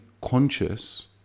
conscious